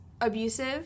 abusive